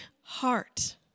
heart